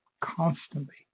constantly